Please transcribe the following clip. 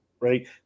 right